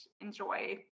enjoy